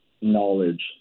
knowledge